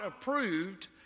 approved